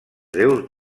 déus